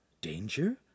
Danger